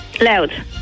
Loud